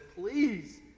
please